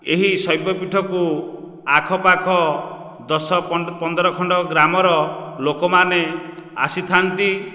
ଏହି ଶୈବପୀଠକୁ ଆଖପାଖ ଦଶ ପନ୍ଦର ଖଣ୍ଡ ଗ୍ରାମର ଲୋକମନେ ଆସିଥାନ୍ତି